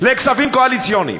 לכספים קואליציוניים.